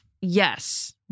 Yes